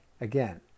Again